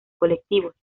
colectivos